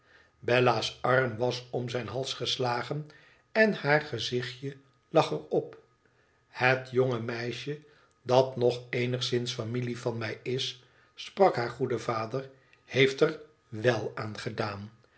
bella's arm was om zijn hals geslagen en haar gezichtje lager op ihet jonge meisje dat nog eenigszins familie van mij is sprak haar goede vader i heeft er wèl aan gedaan